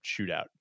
shootout